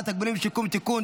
(תגמולים ושיקום) (תיקון,